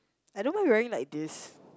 I don't mind wearing like this